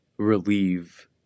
relieve